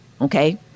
Okay